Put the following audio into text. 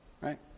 right